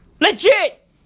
Legit